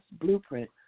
Blueprint